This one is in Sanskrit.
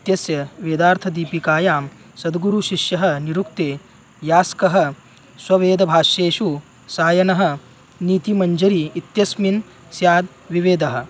इत्यस्य वेदार्थदीपिकायां सद्गुरुशिष्यः निरुक्ते यास्कः स्ववेदभाष्येषु सायणः नीतिमञ्जरी इत्यस्मिन् स्याद् विविधाः